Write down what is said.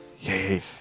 Yay